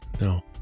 no